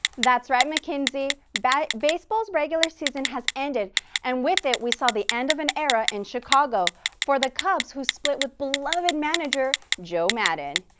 that's right mackenzie, baseball's regular season has ended and with it we saw the end of an era in chicago for the cubs who split with beloved manager joe maddon.